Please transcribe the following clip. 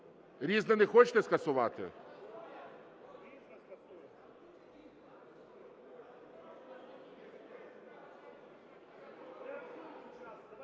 "Різне" не хочете скасувати?